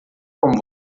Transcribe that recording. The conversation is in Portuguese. como